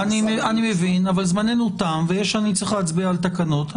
אני מבין אבל זמננו תם ואני צריך להצביע על תקנות.